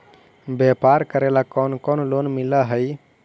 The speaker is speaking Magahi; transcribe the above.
व्यापार करेला कौन कौन लोन मिल हइ?